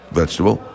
vegetable